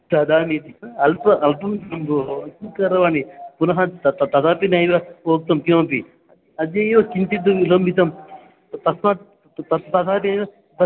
तदानीति अल्पम् अल्पं धनं भोः किं करवाणि पुनः तत् तदपि नैव उक्तं किमपि अद्य एव किञ्चिद् विलम्बितं त तस्मात् तस् तथा चैव भर्त्सयति भवान्